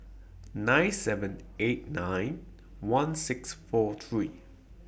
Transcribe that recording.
nine seven eight nine one six four three